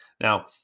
Now